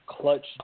clutch